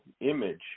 image